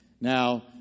Now